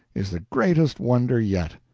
is the greatest wonder yet.